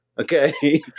Okay